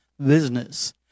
business